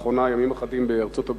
הייתי לאחרונה ימים אחדים בארצות-הברית,